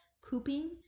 cooping